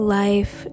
life